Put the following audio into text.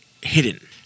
hidden